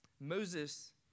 Moses